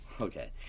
Okay